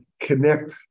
connect